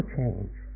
change